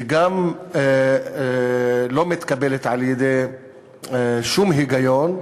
היא גם לא מתקבלת על-ידי שום היגיון,